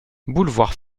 boulevard